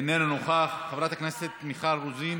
איננו נוכח, חברת הכנסת מיכל רוזין,